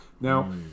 Now